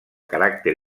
caràcter